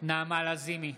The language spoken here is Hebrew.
נעמה לזימי,